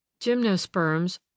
Gymnosperms